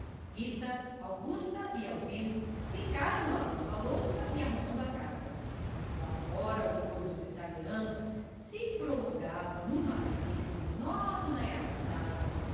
rita augusta e albino ficaram lavando a louça e arrumando a casa lá fora o coro dos italianos se prolongava numa cadência monótona e arrastada